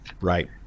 Right